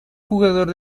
jugador